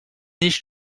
niche